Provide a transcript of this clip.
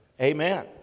amen